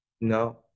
No